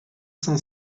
cent